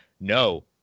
no